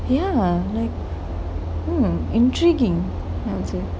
ya like mm like intriguing I would say